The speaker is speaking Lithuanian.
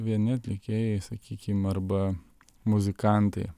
vieni atlikėjai sakykim arba muzikantai